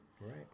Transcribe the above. Right